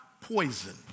poison